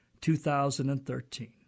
2013